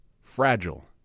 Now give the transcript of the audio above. fragile